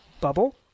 Bubble